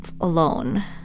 alone